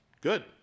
Good